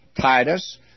Titus